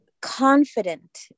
confident